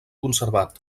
conservat